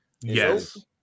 Yes